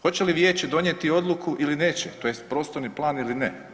Hoće li vijeće donijeti odluku ili neće, tj. prostorni plan ili ne?